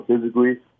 physically